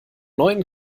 neuen